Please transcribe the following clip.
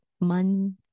month